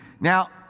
Now